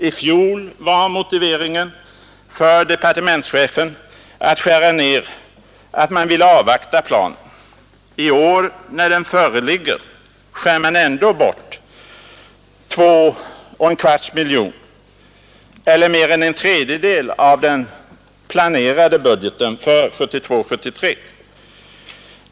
I fjol var motiveringen för departementschefen att skära ned SIDA :s äskanden att man ville avvakta planen. I år, när den föreligger, skär man ändå bort 2,25 miljoner kronor — eller mer än en tredjedel av den planerade budgeten för 1972/73.